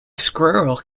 squirrel